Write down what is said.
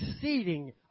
exceeding